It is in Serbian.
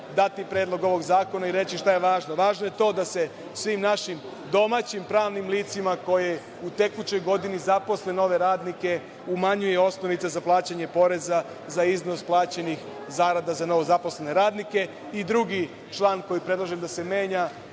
dati predlog ovog zakona i reći šta je važno. Važno je to da se svim našim domaćim pravnim licima koji u tekućoj godini zaposle nove radnike umanjuje osnovica za plaćanje poreza za iznos plaćenih zarada za novozaposlene radnike. Drugi član, koji predlažem da se menja,